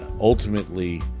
ultimately